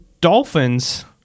Dolphins